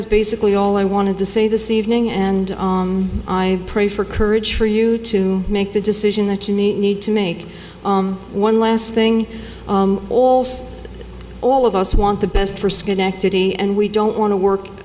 is basically all i wanted to say this evening and i pray for courage for you to make the decision that you need to make one last thing also all of us want the best for schenectady and we don't want to work